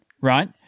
right